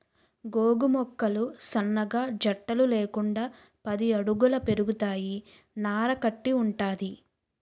గోగు మొక్కలు సన్నగా జట్టలు లేకుండా పది అడుగుల పెరుగుతాయి నార కట్టి వుంటది